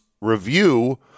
review